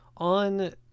on